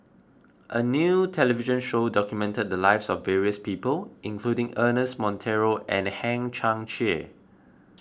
a new television show document the lives of various people including Ernest Monteiro and Hang Chang Chieh